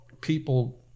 people